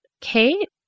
Kate